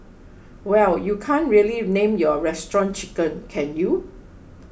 well you can't really name your restaurant Chicken can you